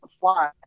fly